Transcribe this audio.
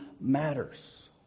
Matters